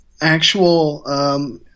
actual